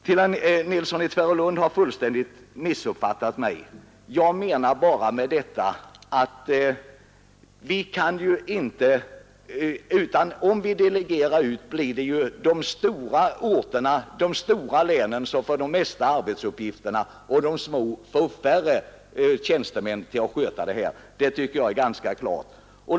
Herr Nilsson i Tvärålund har fullständigt missuppfattat mig. Jag menar bara att om vi delegerar ut, blir det ju de stora länen som får de flesta arbetsuppgifterna, och de små får färre tjänstemän för att sköta arbetet. Det tycker jag är ganska klart.